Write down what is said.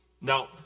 Now